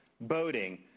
boating